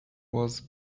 was